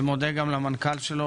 ומודה גם למנכ"ל שלו,